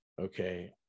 Okay